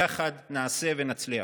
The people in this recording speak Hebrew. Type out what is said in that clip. יחד נעשה ונצליח.